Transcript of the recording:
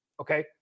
Okay